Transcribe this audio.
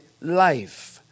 life